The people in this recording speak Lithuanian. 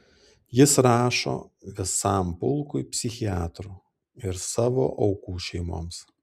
jis rašo visam pulkui psichiatrų ir savo aukų šeimoms